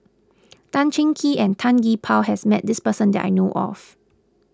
Tan Cheng Kee and Tan Gee Paw has met this person that I know of